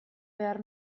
behar